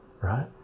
right